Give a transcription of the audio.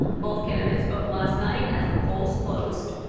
both candidates spoke last night as the polls closed.